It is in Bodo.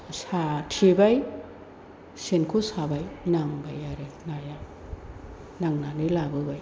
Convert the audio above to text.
साथेबाय सेनखौ साबाय नांबाय आरो नाया नांनानै लाबोबाय